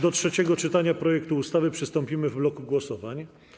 Do trzeciego czytania projektu ustawy przystąpimy w bloku głosowań.